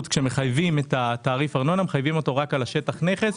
כשמחייבים את תעריף הארנונה מחייבים אותו רק על שטח הנכס,